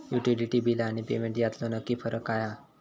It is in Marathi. युटिलिटी बिला आणि पेमेंट यातलो नक्की फरक काय हा?